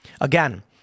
Again